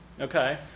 okay